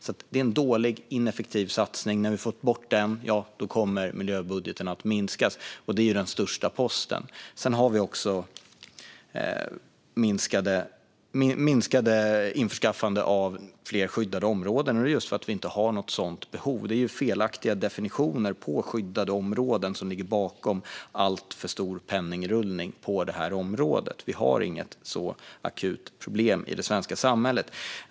Det är en dålig, ineffektiv satsning. När vi har fått bort den kommer miljöbudgeten att minskas eftersom det är den största posten. Vi sverigedemokrater vill också minska införskaffandet av skyddade områden, och det är för att det inte finns något sådant behov. Felaktiga definitioner av skyddade områden ligger bakom alltför stor penningrullning på det här området. Det finns inget sådant akut problem i det svenska samhället.